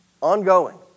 Ongoing